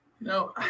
No